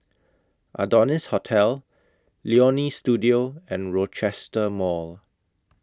Adonis Hotel Leonie Studio and Rochester Mall